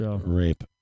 rape